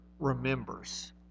remembers